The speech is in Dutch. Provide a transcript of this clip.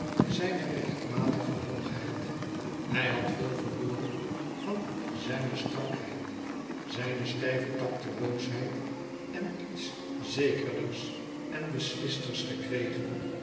zijne rechtmatige hoogheid hij had veel verloren van zijne strakheid zijne stijve tacteloosheid en iets zekerders en beslisters gekregen